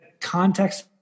context